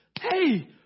hey